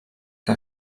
que